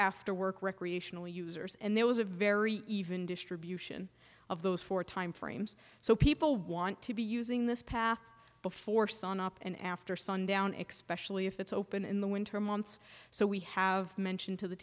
after work recreational users and there was a very even distribution of those four time frames so people want to be using this path before sun up and after sundown expression if it's open in the winter months so we have mentioned to the